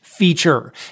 feature